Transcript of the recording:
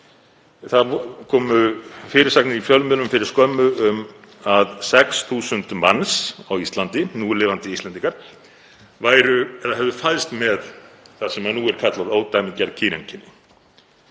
Það komu fyrirsagnir í fjölmiðlum fyrir skömmu um að 6.000 manns á Íslandi, núlifandi Íslendingar, hefðu fæðst með það sem nú er kallað ódæmigerð kyneinkenni,